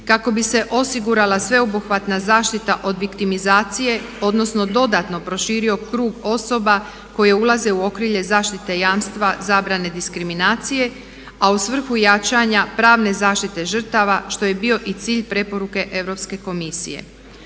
kako bi se osigurala sveobuhvatna zaštita od viktimizacije, odnosno dodatno proširio krug osoba koje ulaze u okrilje zaštite jamstva, zabrane diskriminacije, a u svrhu jačanja pravne zaštite žrtava što je bio i cilj preporuke Europske komisije.